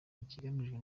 ikigamijwe